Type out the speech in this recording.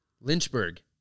Lynchburg